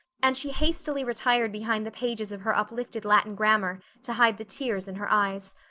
and she hastily retired behind the pages of her uplifted latin grammar to hide the tears in her eyes.